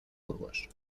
burgos